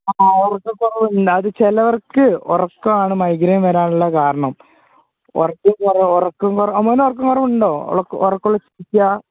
ആ ഉറക്കക്കുറവുണ്ട് അത് ചിലർക്ക് ഉറക്കമാണ് മൈഗ്രേൻ വരാനുള്ള കാരണം ഉറക്കക്കുറവ് ഉറക്കം കുറവ് മോന് ഉറക്കം കുറവുണ്ടോ ഉറക്കമുളച്ചിരിക്കുക